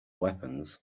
weapons